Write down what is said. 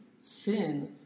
sin